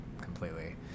completely